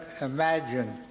imagine